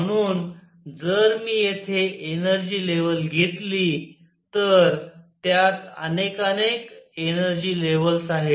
म्हणून जर मी येथे एनर्जी लेवल घेतली तर त्यात अनेकानेक एनर्जी लेव्हल्स आहेत